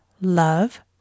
love